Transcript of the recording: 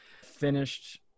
finished